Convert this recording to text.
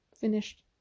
Finished